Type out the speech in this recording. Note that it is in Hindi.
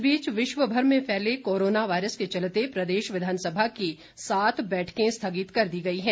इस बीच विश्वमर में फैले कोरोना वायरस के चलते प्रदेश विधानसभा की सात बैठकें स्थगित कर दी गई हैं